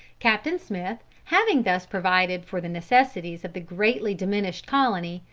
captain smith having thus provided for the necessities of the greatly diminished colony,